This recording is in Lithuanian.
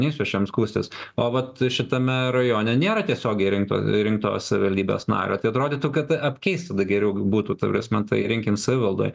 neisiu aš jam skųstis o vat šitame rajone nėra tiesiogiai rinkto rinkto savivaldybės nario tai atrodytų kad apkeist tada geriau būtų ta prasme tai rinkim savivaldoj